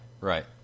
right